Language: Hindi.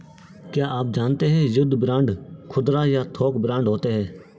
क्या आप जानते है युद्ध बांड खुदरा या थोक बांड होते है?